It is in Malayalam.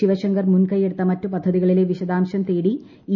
ശിവശങ്കർ മുൻകൈയെടുത്ത മറ്റു പദ്ധതികളിലെ വിശദാംശം തേടി ഇ